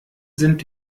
sind